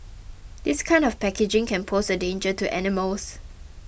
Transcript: this kind of packaging can pose a danger to animals